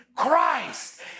christ